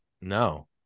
No